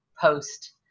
post